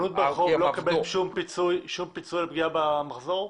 חנות ברחוב לא מקבלת שום פיצוי על פגיעה במחזור?